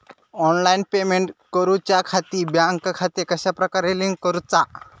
Online payment करुच्याखाती bank खाते कश्या प्रकारे लिंक करुचा?